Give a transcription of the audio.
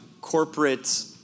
corporate